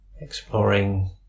Exploring